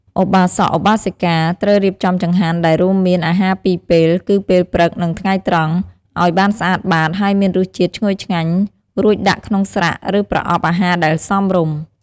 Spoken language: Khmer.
ឧបាសក ឧបាសិកា ត្រូវរៀបចំចង្ហាន់ ដែលរួមមាន អាហារពីរពេល គឺពេលព្រឹក និងថ្ងៃត្រង់ ឲ្យបានស្អាតបាត ហើយមានរសជាតិឈ្ងុយឆ្ងាញ់ រួចដាក់ក្នុងស្រាក់ ឬប្រអប់អាហារដែលសមរម្យ។